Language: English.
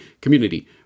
community